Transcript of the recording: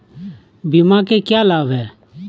बीमा के क्या लाभ हैं?